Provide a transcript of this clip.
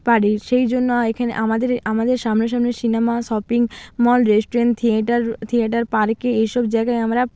পারে সেই জন্য এখেনে আমাদের আমাদের সামনা সামনি cinema shopping mall restaurant theatre theatre পার্কে এইসব জায়গায় আমরা